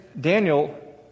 Daniel